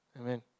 Amen